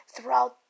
throughout